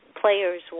players